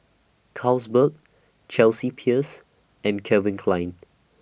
Carlsberg Chelsea Peers and Calvin Klein